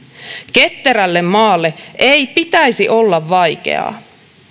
ketterälle maalle ei pitäisi olla vaikeaa